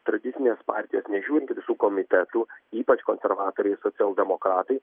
tradicinės partijos nežiūrint į visų komitetų ypač konservatoriai socialdemokratai